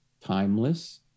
timeless